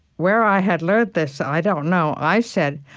where i had learned this, i don't know i said,